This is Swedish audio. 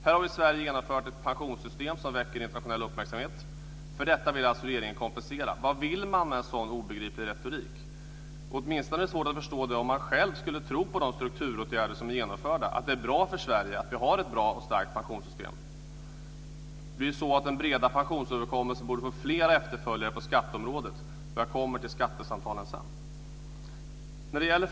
Här har vi i Sverige genomfört ett pensionssystem som väcker internationell uppmärksamhet. För detta vill regeringen alltså kompensera. Vad vill man med en sådan obegriplig retorik? Det är svårt att förstå den om man åtminstone själv skulle tro på de strukturåtgärder som är genomförda, att det är bra för Sverige att vi har ett bra och starkt pensionssystem. Den breda pensionsöverenskommelsen borde få fler efterföljare på skatteområdet - jag kommer till skattesamtalen senare.